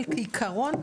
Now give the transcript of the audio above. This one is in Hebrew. אבל כעיקרון,